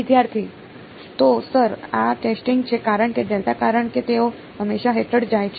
વિદ્યાર્થી તો સર આ ટેસ્ટિંગ છે કારણ કે ડેલ્ટા કારણ કે તેઓ હંમેશા હેઠળ જાય છે